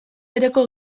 bereko